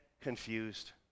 confused